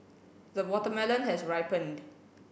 the watermelon has ripened